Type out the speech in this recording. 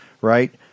right